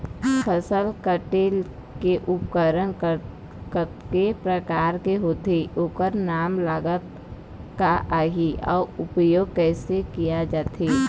फसल कटेल के उपकरण कतेक प्रकार के होथे ओकर नाम लागत का आही अउ उपयोग कैसे किया जाथे?